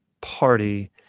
party